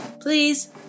please